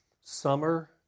summer